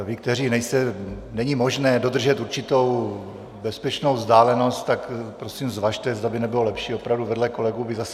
Vy, kteří nejste není možné udržet určitou bezpečnou vzdálenost, tak prosím zvažte, zda by nebylo lepší opravdu vedle kolegů být zase s rouškou.